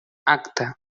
acta